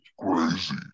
crazy